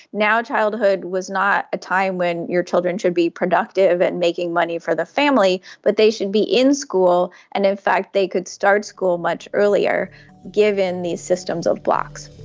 now childhood was not a time when your children should be productive and making money for the family, but they should be in school, and in fact they could start school much earlier given these systems of blocks.